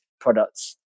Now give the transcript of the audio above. products